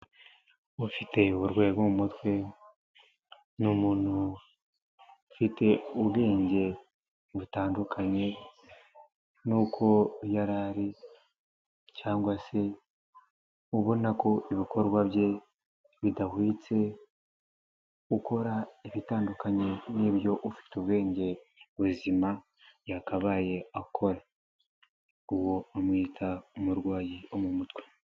Ufite uburwayi bwo mu mutwe ni umuntu ufite ubwenge butandukanye nuko yara ari cyangwa se ubona ko ibikorwa bye bidahwitse, ukora ibitandukanye n'ibyo ufite ubwenge buzima yakabaye akora, uwo bamwita umurwayi wo mu mutwe.